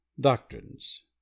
Doctrines